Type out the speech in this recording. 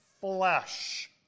flesh